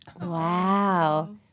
Wow